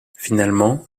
finalement